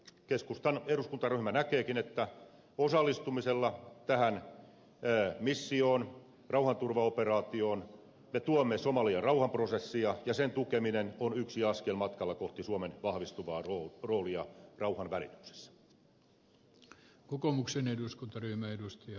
keskustan eduskuntaryhmä näkeekin että osallistumisella tähän missioon rauhanturvaoperaatioon me tuemme somalian rauhanprosessia ja sen tukeminen on yksi askel matkalla kohti suomen vahvistuvaa roolia rauhanvälityksessä